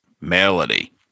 Melody